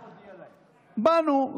באנו,